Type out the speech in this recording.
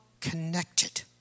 connected